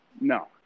No